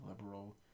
Liberal